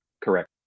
Correct